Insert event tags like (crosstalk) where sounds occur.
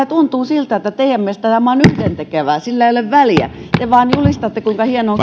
(unintelligible) tuntuu siltä että teidän mielestänne tämä on yhdentekevää sillä ei ole väliä te vain julistatte kuinka hienoa on (unintelligible)